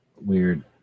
weird